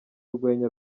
urwenya